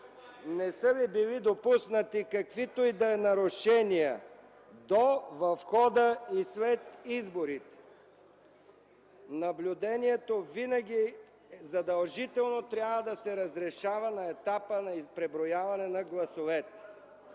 не са ли били допуснати каквито и да било нарушения до, в хода и след изборите. Наблюдението винаги задължително трябва да се разрешава на етапа на преброяване на гласовете.”